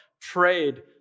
prayed